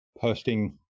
posting